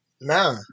Nah